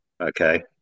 Okay